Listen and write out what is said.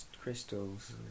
crystals